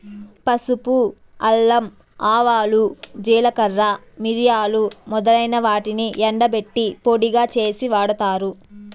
పసుపు, అల్లం, ఆవాలు, జీలకర్ర, మిరియాలు మొదలైన వాటిని ఎండబెట్టి పొడిగా చేసి వాడతారు